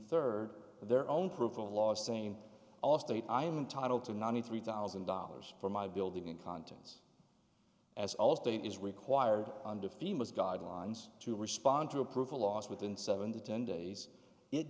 third their own proof of laws same allstate i'm entitled to ninety three thousand dollars for my building incontinence as allstate is required under femurs guidelines to respond to approval lost within seven to ten days it